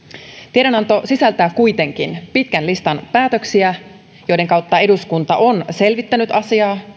tiedonanto sisältää kuitenkin pitkän listan päätöksiä joiden kautta eduskunta on selvittänyt asiaa